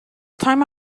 time